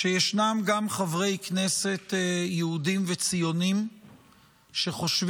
שישנם גם חברי כנסת יהודים וציונים שחושבים